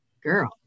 girl